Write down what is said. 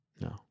no